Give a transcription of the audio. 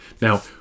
Now